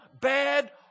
bad